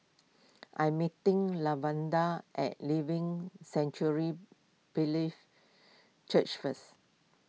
I am meeting Lavada at Living Sanctuary Brethren Church first